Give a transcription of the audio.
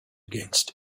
against